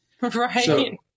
right